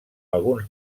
alguns